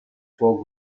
fuego